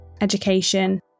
education